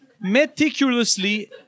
meticulously